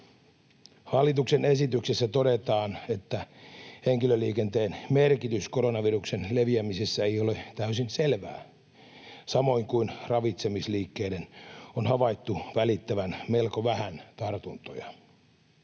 Hallituksen esityksessä todetaan, että henkilöliikenteen merkitys koronaviruksen leviämisessä ei ole täysin selvää, samoin kuin ravitsemisliikkeiden on havaittu välittävän melko vähän tartuntoja.